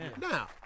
Now